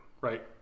right